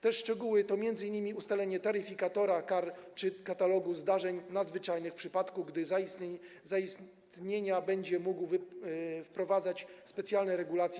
Te szczegóły to m.in. ustalenie taryfikatora kar czy katalogu zdarzeń nadzwyczajnych - w przypadku ich zaistnienia minister będzie mógł wprowadzać specjalne regulacje.